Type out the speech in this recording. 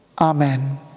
Amen